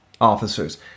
officers